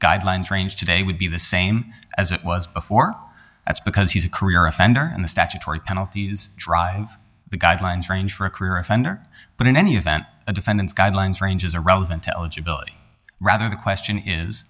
guidelines range today would be the same as it was before that's because he's a career offender and the statutory penalties drive the guidelines range for a career offender but in any event the defendant's guidelines ranges are relevant to eligibility rather the question is